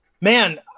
Man